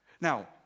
Now